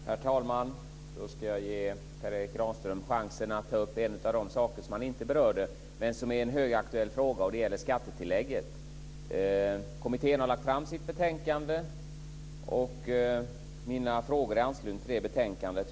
Herr talman! Jag ska ge Per Erik Granström chansen att ta upp en av de saker som han inte berörde men som är en högaktuell fråga, och det gäller skattetillägget. Kommittén har lagt fram sitt betänkande, och mina frågor är i anslutning till det betänkandet.